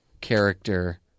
character